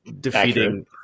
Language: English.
defeating